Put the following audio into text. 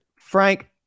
Frank